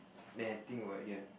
then the thing will you have